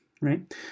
right